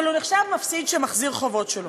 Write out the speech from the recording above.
אבל הוא נחשב מפסיד שמחזיר חובות שלו,